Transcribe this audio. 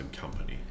company